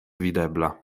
videbla